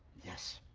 yes.